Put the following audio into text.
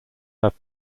have